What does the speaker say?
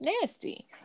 Nasty